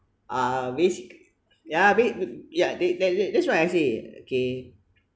uh basic~ yeah ba~ yeah that that that's why I say okay